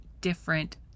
different